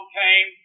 came